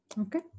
Okay